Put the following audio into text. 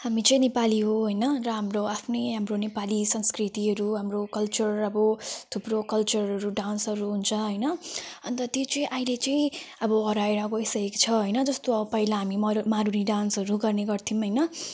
हामी चाहिँ नेपाली हो होइन र हाम्रो आफ्नै हाम्रो नेपाली संस्कृतिहरू हाम्रो कल्चर र अब थुप्रो कल्चरहरू डान्सहरू हुन्छ होइन अन्त त्यही चाहिँ अहिले चाहिँ अब हराएर गइसकेको छ होइन जस्तो अब पहिला हामी मर मारुनी डान्सहरू गर्ने गर्थ्यौँ होइन